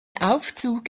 aufzug